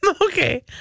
Okay